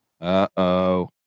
Uh-oh